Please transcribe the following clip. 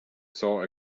saw